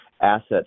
assets